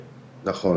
נכון,